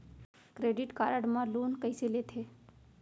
Credit card मा loan कइसे लेथे?